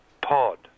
Pod